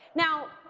now